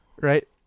right